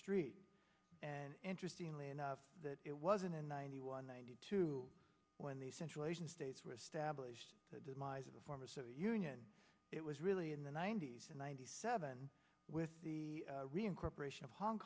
street and interestingly enough that it wasn't in ninety one ninety two when the central asian states were established the demise of the former soviet union it was really in the ninety's and ninety seven with the reincorporation of hong